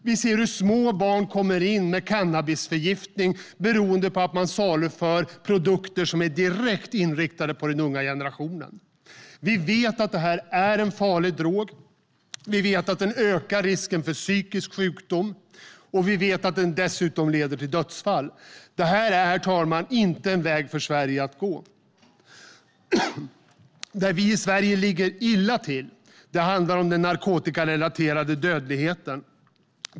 Vi ser hur små barn kommer in med cannabisförgiftning, vilket beror på att man saluför produkter som är direkt inriktade på den unga generationen. Vi vet att det här är en farlig drog. Vi vet att den ökar risken för psykisk sjukdom, och vi vet att den dessutom leder till dödsfall. Det här är, herr talman, inte en väg för Sverige att gå! Där vi i Sverige ligger illa till är när det gäller den narkotikarelaterade dödligheten.